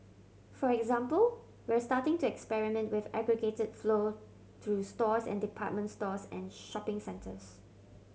for example we're starting to experiment with aggregated flow through stores and department stores and shopping centres